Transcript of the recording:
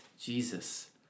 Jesus